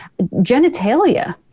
genitalia